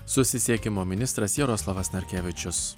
susisiekimo ministras jaroslavas narkevičius